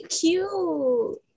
cute